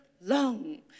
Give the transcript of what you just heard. long